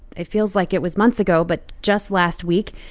it feels like it was months ago, but just last week,